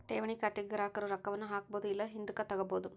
ಠೇವಣಿ ಖಾತೆಗ ಗ್ರಾಹಕರು ರೊಕ್ಕವನ್ನ ಹಾಕ್ಬೊದು ಇಲ್ಲ ಹಿಂದುಕತಗಬೊದು